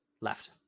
Left